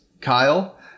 Kyle